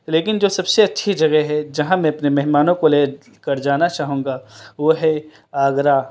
لیکن جو سب سے اچّھی جگہ ہے جہاں میں اپنے مہمانوں کو لے کر جانا چاہوں گا وہ ہے آگرہ